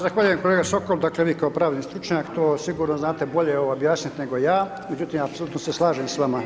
Zahvaljujem kolega Sokol, dakle vi kao pravni stručnjak to sigurno znate bolje objasnit nego ja, međutim apsolutno se slažem s vama.